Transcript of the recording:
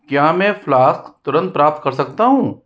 क्या मैं फ्लास्क तुरंत प्राप्त कर सकता हूँ